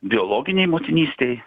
biologinei motinystei